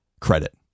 credit